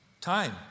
time